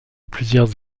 plusieurs